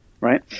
right